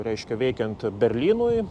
reiškia veikiant berlynui